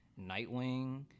Nightwing